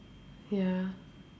ya